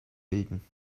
bilden